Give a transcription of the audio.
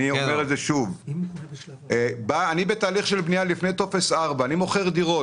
אני אומר שוב שאני בתהליך של בנייה לפני טופס 4. אני מוכר דירות.